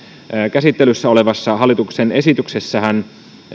käsittelyssä olevassa hallituksen esityksessähän